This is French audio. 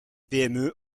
pme